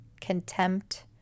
contempt